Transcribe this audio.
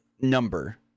number